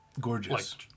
Gorgeous